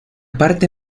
parte